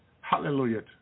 Hallelujah